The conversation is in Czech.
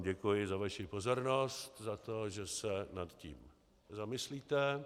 Děkuji vám za vaší pozornost, za to, že se nad tím zamyslíte.